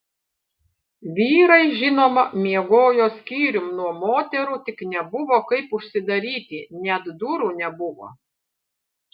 vyrai žinoma miegojo skyrium nuo moterų tik nebuvo kaip užsidaryti net durų nebuvo